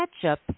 ketchup